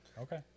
Okay